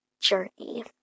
journey